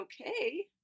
okay